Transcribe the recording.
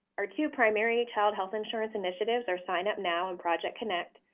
our two primary child health insurance initiatives are sign up now and project connect.